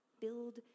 Build